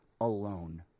alone